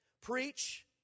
Preach